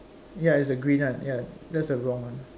ya is the green one ya that's a wrong one